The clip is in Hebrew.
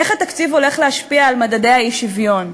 איך התקציב הולך להשפיע על מדדי האי-שוויון.